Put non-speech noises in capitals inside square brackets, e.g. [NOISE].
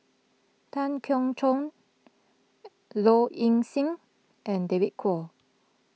Tan Keong Choon [HESITATION] Low Ing Sing and David Kwo